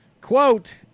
quote